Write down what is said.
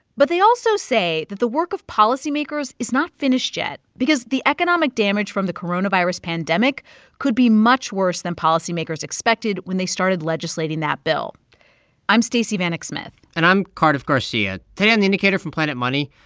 but they also say that the work of policymakers is not finished yet because the economic damage from the coronavirus pandemic could be much worse than policymakers expected when they started legislating that bill i'm stacey vanek smith and i'm cardiff garcia. today on the indicator from planet money,